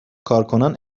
کارکنان